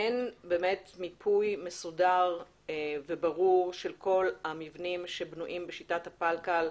אין מיפוי מסודר וברור של כל המבנים שבנויים בשיטת הפלקל.